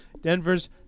Denver's